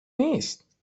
نیست